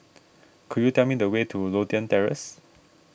could you tell me the way to Lothian Terrace